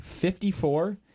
54